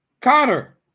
Connor